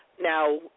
now